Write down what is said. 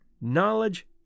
Knowledge